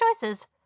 choices